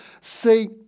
see